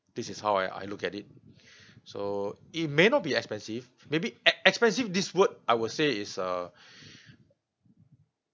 this is how I I look at it so it may not be expensive maybe ex~ expensive this word I will say is err